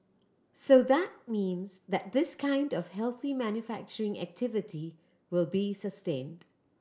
so that means that this kind of healthy manufacturing activity will be sustained